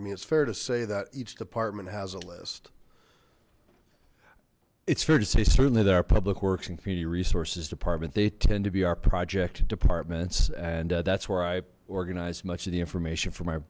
i mean it's fair to say that each department has a list it's fair to say certainly there are public works and community resources department they tend to be our project departments and that's where i organize much of the information for my